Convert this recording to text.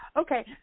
Okay